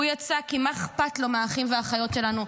הוא יצא, כי מה אכפת לו מהאחים והאחיות שלנו.